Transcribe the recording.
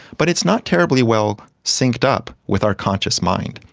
but it is not terribly well synced up with our conscious mind.